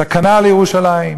סכנה לירושלים,